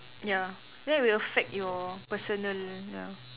ya that will affect your personal ya